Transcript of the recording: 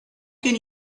can